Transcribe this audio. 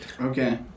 Okay